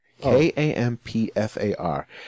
K-A-M-P-F-A-R